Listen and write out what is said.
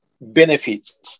benefits